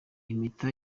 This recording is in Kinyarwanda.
impeta